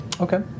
Okay